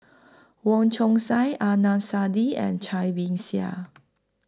Wong Chong Sai Adnan Saidi and Cai Bixia